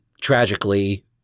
tragically